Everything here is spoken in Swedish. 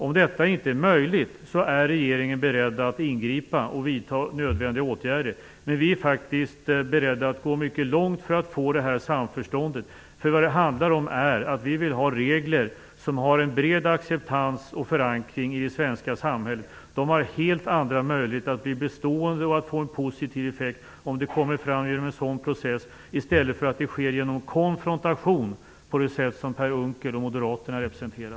Om detta inte är möjligt är regeringen beredd att ingripa och vidta nödvändiga åtgärder. Vi är faktiskt beredda att gå mycket långt för att nå det här samförståndet. Vad det handlar om är att vi vill ha regler som har en bred acceptans och förankring i det svenska samhället. Det finns helt andra möjligheter att de blir bestående och får en positiv effekt om detta kommer fram genom en sådan här process i stället för att det sker genom konfrontation på det sätt som Per Unckel och Moderaterna representerar.